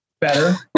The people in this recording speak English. better